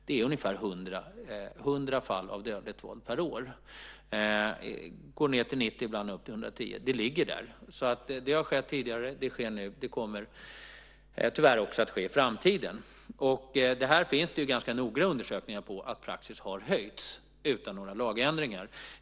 Det är ungefär 100 fall av dödligt våld per år. Det går ned till 90 ibland och upp till 110 ibland. Det ligger där. Det har skett tidigare, det sker nu och det kommer tyvärr också att ske i framtiden. Det finns ganska noggranna undersökningar om att praxis har höjts utan några lagändringar.